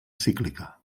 cíclica